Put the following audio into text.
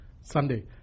Sunday